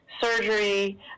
surgery